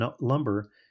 lumber